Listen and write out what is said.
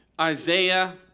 Isaiah